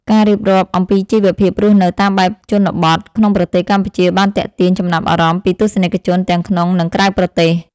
ការរៀបរាប់អំពីជីវភាពរស់នៅតាមបែបជនបទក្នុងប្រទេសកម្ពុជាបានទាក់ទាញចំណាប់អារម្មណ៍ពីទស្សនិកជនទាំងក្នុងនិងក្រៅប្រទេស។